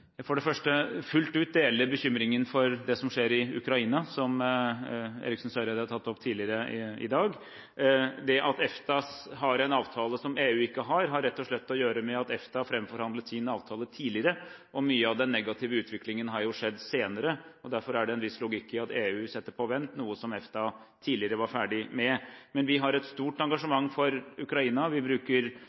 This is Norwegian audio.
jeg for det første fullt ut deler bekymringen for det som skjer i Ukraina, som Eriksen Søreide har tatt opp tidligere i dag. Det at EFTA har en avtale som EU ikke har, har rett og slett å gjøre med at EFTA framforhandlet sin avtale tidligere. Mye av den negative utviklingen har jo skjedd senere, og derfor er det en viss logikk i at EU setter på vent noe som EFTA tidligere var ferdig med. Men vi har et stort engasjement for Ukraina. Vi bruker